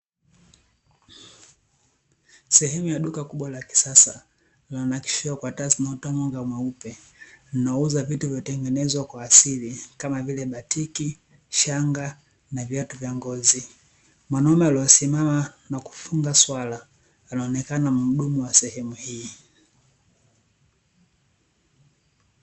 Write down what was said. Sehemu ya duka kubwa la kisasa linalonakishiwa kwa taa zinazotoa mwanga mweupe, linalouza vitu vilivyotengezwa kwa asili kama vile: batiki, shanga na viatu vya ngozi. Mwanaume aliyesimama na kufunga swala anaonekana mhudumu wa sehemu hii.